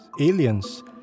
aliens